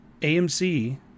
AMC